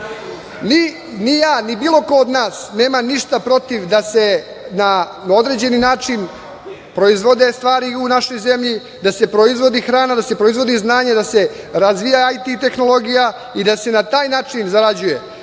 ja, ni bilo ko od nas, nema ništa protiv da se na određeni način proizvode stvari u našoj zemlji, da se proizvodi hrana, znanje, da se razvija IT tehnologija i da se na taj način zarađuje,